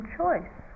choice